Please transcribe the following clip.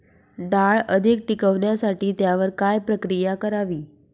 डाळ अधिक टिकवण्यासाठी त्यावर काय प्रक्रिया करावी?